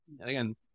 again